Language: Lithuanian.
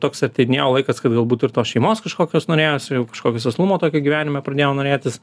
toks ateidinėjo laikas kad galbūt ir tos šeimos kažkokios norėjosi jau kažkokio sėslumo tokio gyvenime pradėjo norėtis